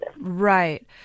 Right